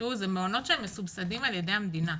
זה מעונות שמסובסדים על ידי המדינה.